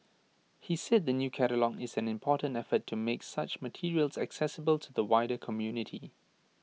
he said the new catalogue is an important effort to make such materials accessible to the wider community